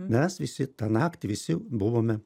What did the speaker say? mes visi tą naktį visi buvome